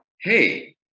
hey